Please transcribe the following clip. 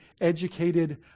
educated